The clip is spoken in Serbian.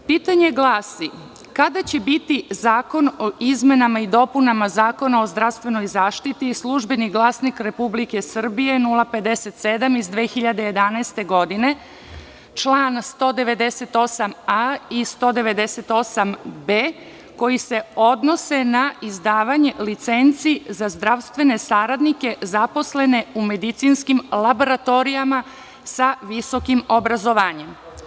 Pitanje glasi – kada će biti zakon o izmenama i dopunama Zakona o zdravstvenoj zaštiti, „Službeni glasnik Republike Srbije“ 057 iz 2011. godine, čl. 198a i 198b, koji se odnose na izdavanje licenci za zdravstvene saradnike zaposlene u medicinskim laboratorijama sa visokim obrazovanjem?